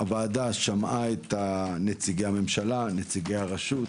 הועדה שמעה את נציגי הממשלה, נציגי הרשות,